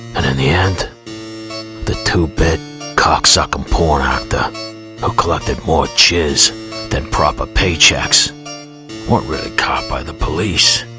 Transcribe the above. and in the end the two-bit cocksucking porn actor who collected more cheese than proper paychecks weren't really caught by the police